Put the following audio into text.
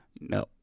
No